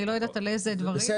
אני לא יודעת על איזה דברים מדברים.